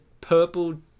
purple